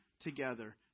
together